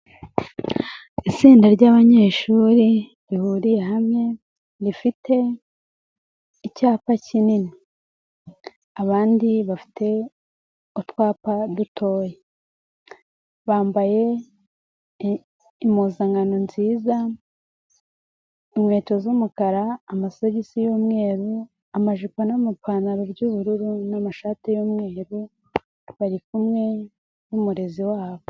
Itsinda ry'abanyeshuri rihuriye hamwe rifite icyapa kinini, abandi bafite utwapa dutoya, bambaye impuzankano nziza, inkweto z'umukara, amasogisi y'umweru, amajipo n'amapantaro by'ubururu n'amashati y'umweru bari kumwe n'umurezi wabo.